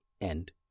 end